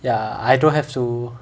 ya I don't have to